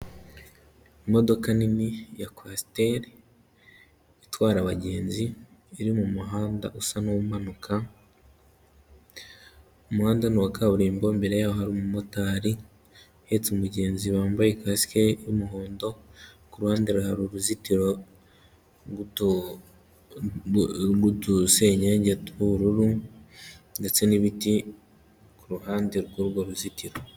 Imodoka nini ya kwasiteri, itwara abagenzi, iri mu muhanda usa n'umanuka, umuhanda ni uwa kaburimbo, imbere y'aho hari umumotari, uhetse umugenzi wambaye kasike y'umuhondo, ku ruhande hari uruzitiro rw'udusenkenge tw'ubururu, ndetse n'ibiti ku ruhande rw'urwo ruzitiro.